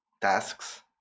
tasks